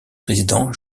président